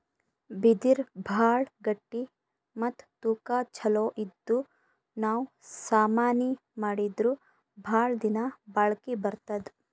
ಬಿದಿರ್ ಭಾಳ್ ಗಟ್ಟಿ ಮತ್ತ್ ತೂಕಾ ಛಲೋ ಇದ್ದು ನಾವ್ ಸಾಮಾನಿ ಮಾಡಿದ್ರು ಭಾಳ್ ದಿನಾ ಬಾಳ್ಕಿ ಬರ್ತದ್